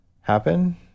happen